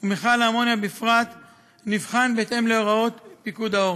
ומכל האמוניה בפרט נבחן בהתאם להוראות פיקוד העורף.